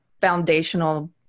foundational